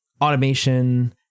automation